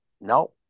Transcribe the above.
no